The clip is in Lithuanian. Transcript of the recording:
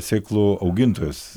sėklų augintojus